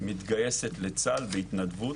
מתגייסת לצה"ל בהתנדבות.